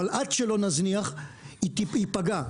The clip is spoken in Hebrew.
אבל עד שלא נזניח הוא ייפגע,